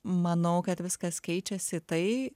manau kad viskas keičiasi tai